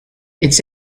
its